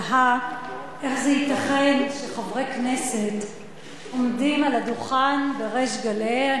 תהה איך ייתכן שחברי כנסת עומדים על הדוכן ובריש גלי,